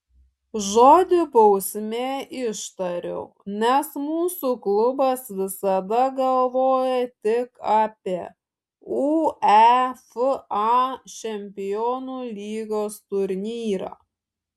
žodį bausmė ištariau nes mūsų klubas visada galvoja tik apie uefa čempionų lygos turnyrą